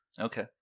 Okay